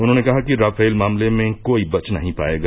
उन्होंने कहा कि राफेल मामले में कोई बच नहीं पाएगा